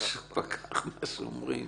פקח כמו שאומרים.